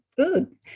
food